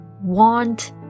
want